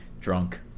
drunk